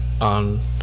on